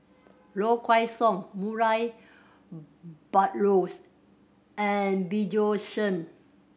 Low Kway Song Murray Buttrose and Bjorn Shen